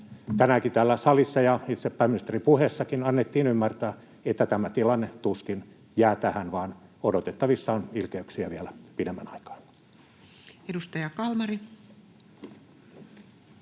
Tänäänkin täällä salissa, ja itse pääministerin puheessakin, annettiin ymmärtää, että tämä tilanne tuskin jää tähän, vaan odotettavissa on ilkeyksiä vielä pidemmän aikaa. Edustaja Kalmari.